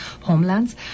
homelands